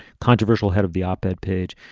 controversial head of the op ed page.